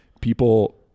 people